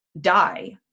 die